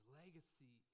legacy